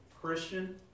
Christian